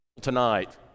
tonight